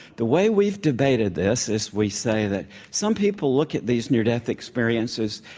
the way we've debated this is we say that some people look at these near-death experiences,